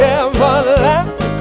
everlasting